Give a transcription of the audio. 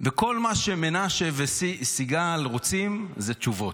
כל מה שמנשה וסיגל רוצים זה תשובות,